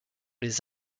les